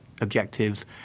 objectives